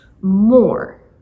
more